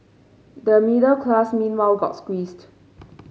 the middle class meanwhile got squeezed